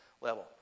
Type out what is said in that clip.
Level